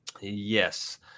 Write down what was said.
yes